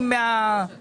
משנים מהמסגרת.